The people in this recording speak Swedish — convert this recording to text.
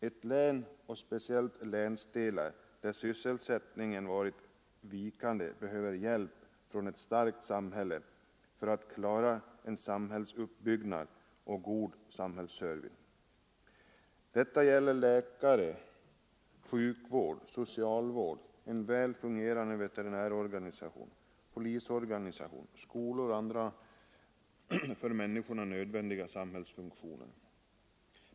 Ett län — och speciellt delar därav — där sysselsättningen varit vikande behöver hjälp från ett starkt samhälle för att klara en samhällsuppbyggnad och god samhällelig service. Detta gäller läkare, sjukvårdsresurser i övrigt, socialvård, en väl fungerande veterinärorganisation, polisorganisation, skolor och andra för människorna nödvändiga samhällsfunktioner.